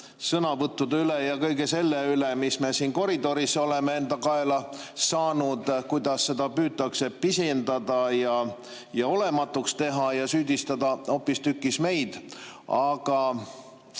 sõnavõttude üle ja kõige selle üle, mis me siin koridoris oleme enda kaela saanud, kuidas seda püütakse pisendada ja olematuks teha ja süüdistada hoopistükkis meid. Aga